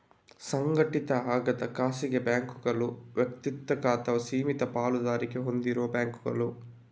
ಸಂಘಟಿತ ಆಗದ ಖಾಸಗಿ ಬ್ಯಾಂಕುಗಳು ವೈಯಕ್ತಿಕ ಅಥವಾ ಸೀಮಿತ ಪಾಲುದಾರಿಕೆ ಹೊಂದಿರುವ ಬ್ಯಾಂಕುಗಳು